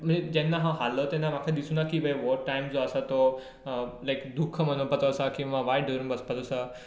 जेन्ना हांव हारलो तेन्ना म्हाका दिसुना की हो टायम जो आसा तो लायक दूख मनोवपाचो आसा किंवा वायट धरून बसपाचो आसा सो